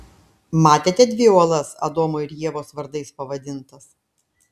matėte dvi uolas adomo ir ievos vardais pavadintas